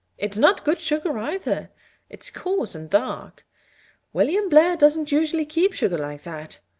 it's not good sugar, either it's coarse and dark william blair doesn't usually keep sugar like that.